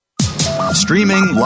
Streaming